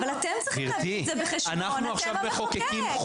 אבל אתם צריכים להביא את זה בחשבון, אתם המחוקק.